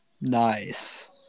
Nice